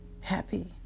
happy